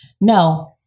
no